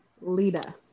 Lita